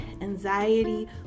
anxiety